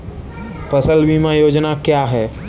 फसल बीमा योजना क्या है?